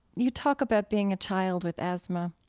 you talk about being a child with asthma.